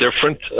different